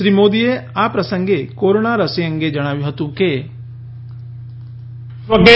શ્રી મોદીએ આ પ્રસંગે કોરોના રસી અંગે જણાવ્યું હતું કે